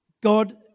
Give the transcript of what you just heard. God